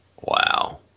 Wow